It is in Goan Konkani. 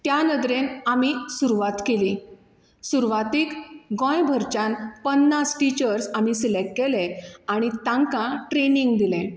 त्या नदरेन आमी सुरवात केली सुरवातेक गोंय भरच्यान पन्नास टिचर्स आमी सिलेक्ट केलें आनी तांकां ट्रेनिंग दिलें